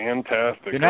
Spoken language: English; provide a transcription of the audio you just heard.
Fantastic